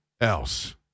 else